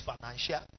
financial